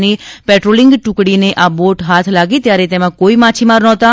ની પેટ્રોલિંગ ટ્રકડીને આ બોટ હાથ લાગી ત્યારે તેમાં કોઇ માછીમાર નહોતા